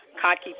cocky